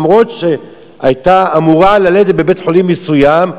למרות שהיתה אמורה ללדת בבית-חולים מסוים,